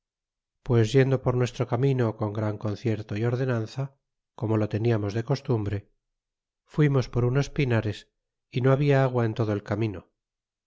pues yendo por nuestro camino con gran concierto y ordenanza como lo teniamos de costumbre fuimos por unos pinares y no habia agua en todo el camino